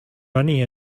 money